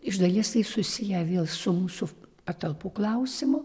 iš dalies tai susiję vėl su mūsų patalpų klausimu